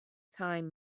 time